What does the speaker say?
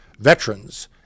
Veterans